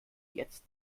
jetzt